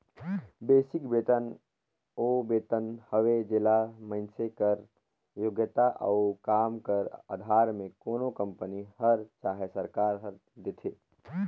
basic बेतन ओ बेतन हवे जेला मइनसे कर योग्यता अउ काम कर अधार में कोनो कंपनी हर चहे सरकार हर देथे